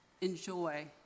enjoy